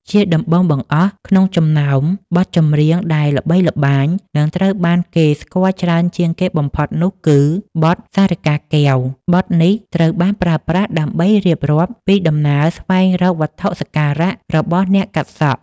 ជាដំបូងបង្អស់ ក្នុងចំណោមបទចម្រៀងដែលល្បីល្បាញ និងត្រូវបានគេស្គាល់ច្រើនជាងគេបំផុតនោះគឺ បទ សារិកាកែវ ។ បទនេះត្រូវបានប្រើប្រាស់ដើម្បីរៀបរាប់ពីដំណើរស្វែងរកវត្ថុសក្ការៈរបស់អ្នកកាត់សក់